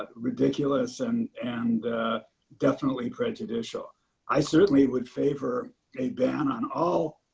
ah ridiculous and and definitely prejudicial i certainly would favor a ban on all